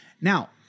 Now